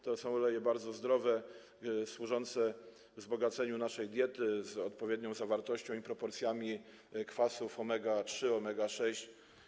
To są oleje bardzo zdrowe, służące wzbogaceniu naszej diety, z odpowiednią zawartością i proporcjami kwasów omega-3, omega-6.